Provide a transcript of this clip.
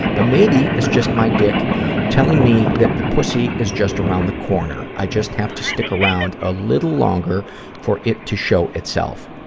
but maybe it's just my dick telling me that the pussy is just around the corner i just have to stick around a little longer for it to show itself.